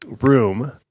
room